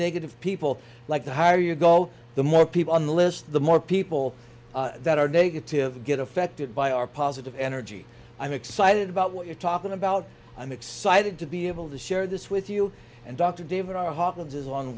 negative people like the higher you go the more people on the list the more people that are negative get affected by our positive energy i'm excited about what you're talking about i'm excited to be able to share this with you and dr david our hawkins's long